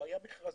לא היו מכרזים